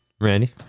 Randy